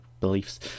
beliefs